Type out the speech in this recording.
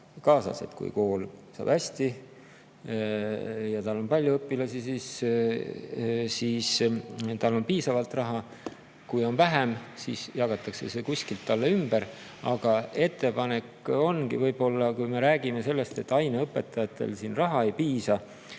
kaasas. Kui kool saab hästi [hakkama] ja tal on palju õpilasi, siis tal on piisavalt raha; kui on vähem, siis jagatakse see kuskilt talle ümber. Aga ettepanek ongi see: kui me räägime sellest, et aineõpetajatele raha ei piisa